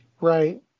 Right